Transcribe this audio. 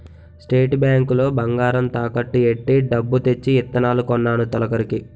state Bank లో బంగారం తాకట్టు ఎట్టి డబ్బు తెచ్చి ఇత్తనాలు కొన్నాను తొలకరికి